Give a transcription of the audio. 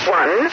one